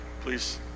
please